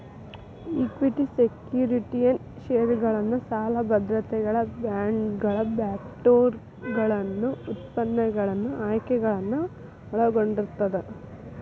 equity securities ಷೇರುಗಳನ್ನ ಸಾಲ ಭದ್ರತೆಗಳ ಬಾಂಡ್ಗಳ ಬ್ಯಾಂಕ್ನೋಟುಗಳನ್ನ ಉತ್ಪನ್ನಗಳು ಆಯ್ಕೆಗಳನ್ನ ಒಳಗೊಂಡಿರ್ತದ